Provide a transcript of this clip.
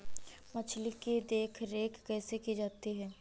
मछली की देखरेख कैसे की जाती है?